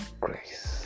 grace